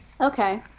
Okay